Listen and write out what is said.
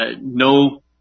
no